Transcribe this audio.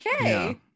okay